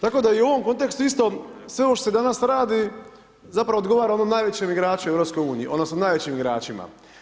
Tako da i u ovom kontekstu isto sve ovo što se danas radi zapravo odgovara onoj najvećem igraču Europske unije odnosno najvećim igračima.